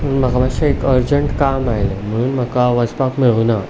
पूण म्हाका मातशें एक अर्जंट काम आयलां म्हणून म्हाका वचपाक मेळुना